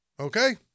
Okay